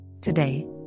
Today